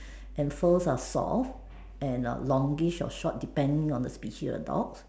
and furs are soft and longish or short depending on the species of the dog